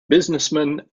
businessmen